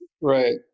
Right